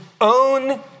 own